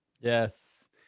Yes